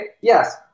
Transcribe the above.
Yes